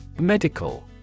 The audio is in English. Medical